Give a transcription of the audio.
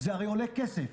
זה הרי עולה כסף.